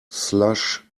slush